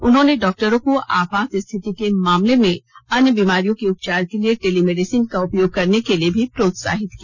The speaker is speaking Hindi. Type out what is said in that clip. उन्होंने डॉक्टरों को आपात स्थिति के मामले में अन्य बीमारियों के उपचार के लिए टेलीमेडिसन का उपयोग करने के लिए भी प्रोत्साहित किया